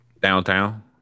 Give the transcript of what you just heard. Downtown